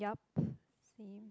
yup same